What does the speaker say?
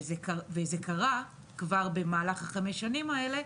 וזה קרה כבר במהלך החמש שנים האלה,